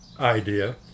idea